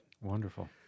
Wonderful